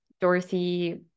Dorothy